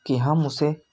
की हम उसे